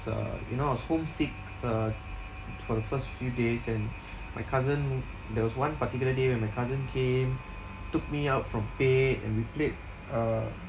uh you know I was homesick uh for the first few days and my cousin there was one particular day when my cousin came took me out from bed and we played uh